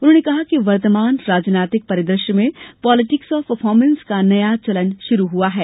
उन्होंने कहा कि वर्तमान राजनैतिक परिदृश्य में पॉलिटिक्स ऑफ परफार्मरमेंस का नया चलन प्रारंभ हुआ है